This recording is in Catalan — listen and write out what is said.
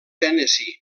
tennessee